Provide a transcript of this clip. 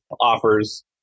offers